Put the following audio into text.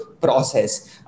process